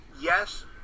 Yes